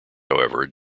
however